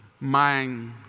mind